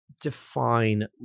define